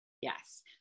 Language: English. Yes